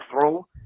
throw